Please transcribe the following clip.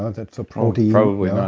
ah that's a protein probably not.